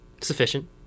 sufficient